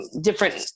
different